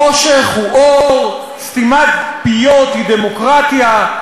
חושך הוא אור, סתימת פיות היא דמוקרטיה.